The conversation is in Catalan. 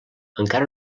encara